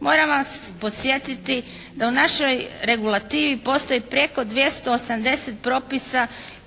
Moram vas podsjetiti da u našoj regulativi postoji preko 280 propisa